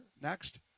Next